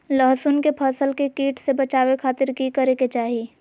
लहसुन के फसल के कीट से बचावे खातिर की करे के चाही?